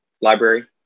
library